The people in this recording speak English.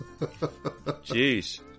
jeez